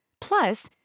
Plus